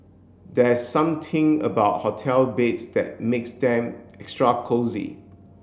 there's something about hotel beds that makes them extra cosy